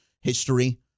history